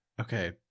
okay